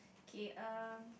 kay um